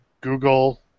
Google